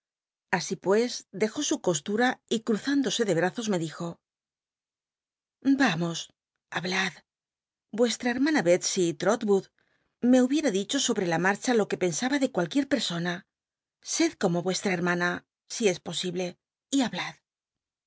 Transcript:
así pues dejó su costum y ruz inclosc de brazos me dijo vamos hablad vucsta hermana bel si trotwood me hubicla dicho sobre la mar ba lo ue pensaba de cualquier persona sed como ucslla hermana si es posible y hablad